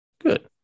Good